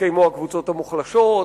יתקיימו הקבוצות המוחלשות,